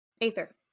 aether